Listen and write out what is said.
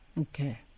Okay